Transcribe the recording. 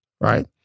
right